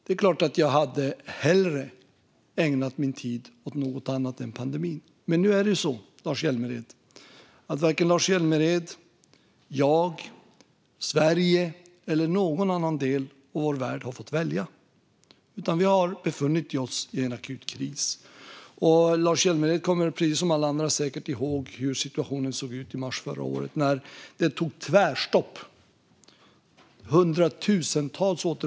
Det är klart att jag hellre hade ägnat min tid åt något annat än pandemin. Men nu är det så att varken Lars Hjälmered, jag, Sverige eller någon annan del av vår värld har fått välja. Vi har befunnit oss i en akut kris. Lars Hjälmered kommer, precis som alla andra, säkert ihåg hur situationen såg ut i mars förra året, när det tog tvärstopp.